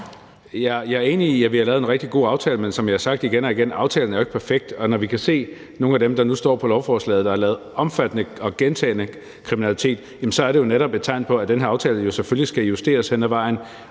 Jeg er enig i, at vi har lavet en rigtig god aftale, men som jeg har sagt igen og igen: Aftalen er jo ikke perfekt, og når vi kan se, at der er nogle af dem, der nu står på lovforslaget, der har begået omfattende og gentagen kriminalitet, er det netop et tegn på, at den her aftale selvfølgelig skal justeres hen ad vejen,